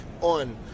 on